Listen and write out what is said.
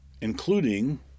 including